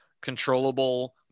controllable